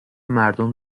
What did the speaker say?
مردم